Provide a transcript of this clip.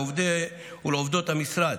לעובדות ולעובדי המשרד,